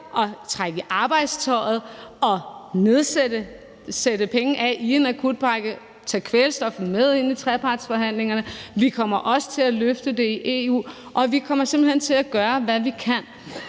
at trække i arbejdstøjet og sætte penge af i en akutpakke, tage kvælstof med ind i trepartsforhandlingerne. Vi kommer også til at løfte det i EU, og vi kommer simpelt hen til at gøre, hvad vi kan.